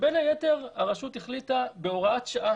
ובין היתר הרשות החליטה בהוראת שעה